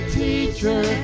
teacher